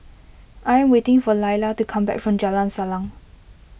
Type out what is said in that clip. I am waiting for Laila to come back from Jalan Salang